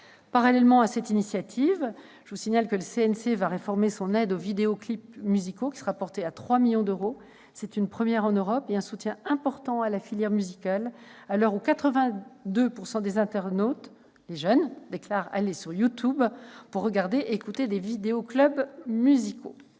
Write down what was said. Parallèlement à cette initiative, le CNC va réformer son aide aux vidéoclips musicaux, qui sera portée à 3 millions d'euros. C'est une première en Europe, et un soutien important à la filière musicale, à l'heure où 82 % des internautes, des jeunes, déclarent aller sur YouTube pour regarder et écouter des vidéoclips musicaux.